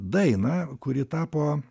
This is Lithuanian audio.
dainą kuri tapo